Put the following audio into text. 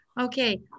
Okay